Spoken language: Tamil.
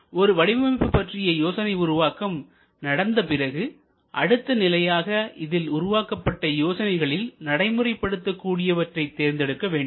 ஒரு வடிவமைப்பு பற்றிய யோசனை உருவாக்கம் நடந்த பிறகு அடுத்த நிலையாக இதில் உருவாக்கப்பட்ட யோசனைகளில் நடைமுறைப்படுத்த கூடியவற்றை தேர்ந்தெடுக்க வேண்டும்